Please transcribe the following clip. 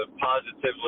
positively